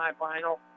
semifinal